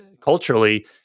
culturally